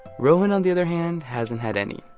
rohin, on the other hand, hasn't had any.